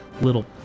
little